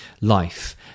life